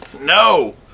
No